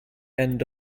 end